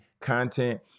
content